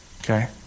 Okay